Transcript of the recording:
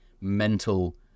mental